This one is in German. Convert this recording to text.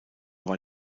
war